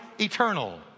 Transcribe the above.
eternal